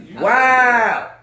Wow